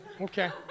Okay